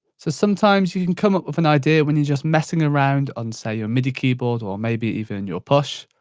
so sometimes you can come up with an idea when you're just messing around on, say, your midi keyboard, or maybe even and your push.